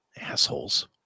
Assholes